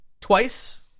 twice